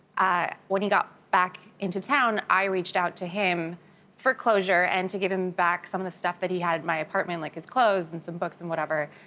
when he got back into town i reached out to him for closure and to give him back some of the stuff that he had in my apartment like his clothes and some books, and whatever.